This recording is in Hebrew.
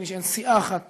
נדמה לי שאין סיעה אחת